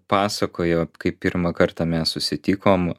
pasakojo kai pirmą kartą mes susitikom